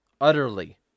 utterly